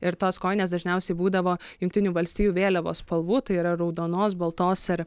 ir tos kojinės dažniausiai būdavo jungtinių valstijų vėliavos spalvų tai yra raudonos baltos ir